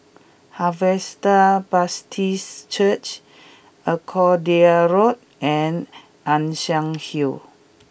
Harvester Baptist Church Arcadia Road and Ann Siang Road